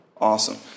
Awesome